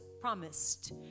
promised